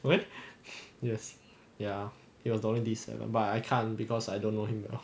okay yes ya it was only D seven but I can't because I don't know him well